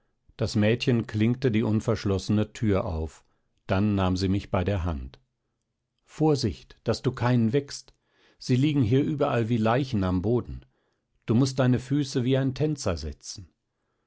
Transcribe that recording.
das mädchen klinkte die unverschlossene tür auf dann nahm sie mich bei der hand vorsicht daß du keinen weckst sie liegen hier überall wie leichen am boden du mußt deine füße wie ein tänzer setzen